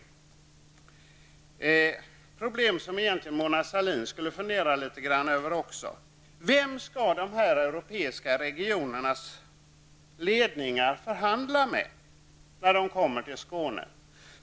Det är problem som egentligen också Mona Sahlin skulle fundera över. Vem skall dessa europeiska regioners ledningar förhandla med i Skåne?